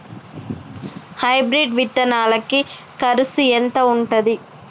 Hybrid విత్తనాలకి కరుసు ఎంత ఉంటది?